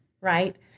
right